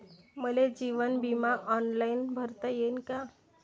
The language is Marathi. मले जीवन बिमा ऑनलाईन भरता येईन का?